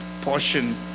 portion